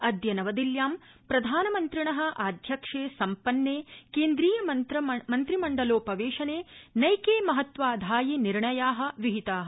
अद्य नवदिल्यां प्रधानमन्त्रिण आध्यक्षे सम्पन्ने केंद्रीयमन्त्रिमण्डलोपवेशने नैके महत्त्वाधायि निर्णया विहिता